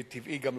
מטבעי גם,